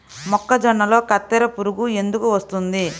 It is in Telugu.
మొక్కజొన్నలో కత్తెర పురుగు ఎందుకు వస్తుంది?